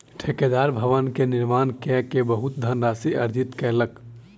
ठेकेदार भवन के निर्माण कय के बहुत धनराशि अर्जित कयलक